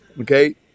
Okay